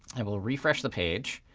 and we'll refresh the page,